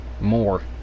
more